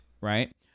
right